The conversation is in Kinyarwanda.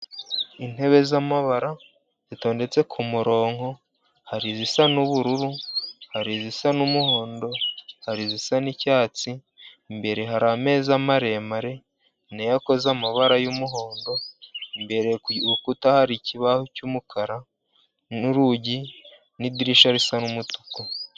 Intebe zamabara zitondetse ku muronko, hari izisa n'ubururu, hari izisa n'umuhondo, hari izisa n'icyatsi, imbere hari ameza maremar, na yo akoze amabara y'umuhondo, imbere ku rukuta hari ikibaho cy'umukara n'urugi, n'idirishya risa n'umutuku.